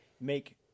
make